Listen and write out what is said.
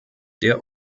der